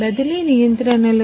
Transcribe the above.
బదిలీ నియంత్రణలు